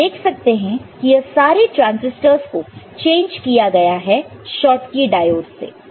तो आप देख सकते हैं कि यह सारे ट्रांसिस्टर्स को चेंज किया गया है शॉटकी डायोड से